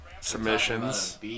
submissions